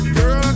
Girl